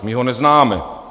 My ho neznáme.